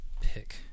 pick